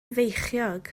feichiog